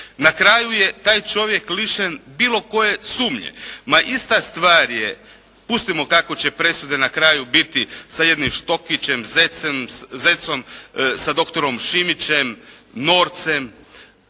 Na kraju je taj čovjek lišen bilo koje sumnje. Ma ista stvar je, pustimo kako će presude na kraju biti sa jednim Štokićem, Zecom, sa dr. Šimićem, Norcem